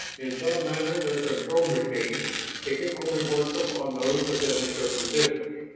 in some manner their control machine it can only work upon those within a certain distance.